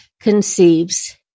conceives